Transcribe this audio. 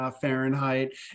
Fahrenheit